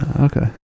okay